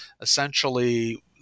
essentially